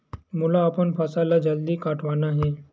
मोला अपन फसल ला जल्दी कटवाना हे?